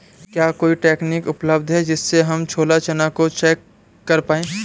क्या कोई तकनीक उपलब्ध है जिससे हम छोला चना को चेक कर पाए?